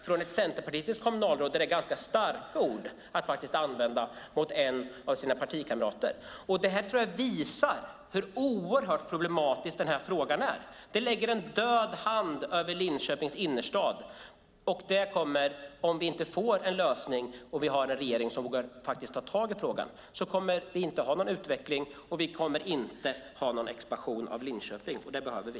Från ett centerpartistiskt kommunalråd är det ganska starka ord att använda mot en partikamrat, och detta tror jag visar hur oerhört problematisk frågan är. Den lägger en död hand över Linköpings innerstad. Om regeringen inte vågar ta tag i frågan så att vi får en lösning kommer vi inte att någon utveckling eller expansion av Linköping, och det behöver vi.